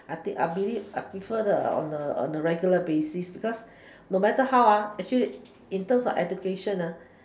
I think I mean it I prefer the on a on a regular basis because no matter how actually in terms of education lah